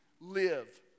live